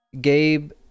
gabe